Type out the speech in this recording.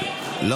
התשפ"ג 2022,